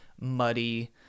muddy